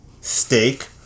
steak